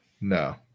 No